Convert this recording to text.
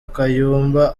kayumba